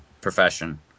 profession